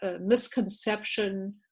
misconception